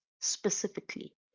specifically